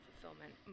fulfillment